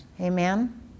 Amen